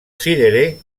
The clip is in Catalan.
cirerer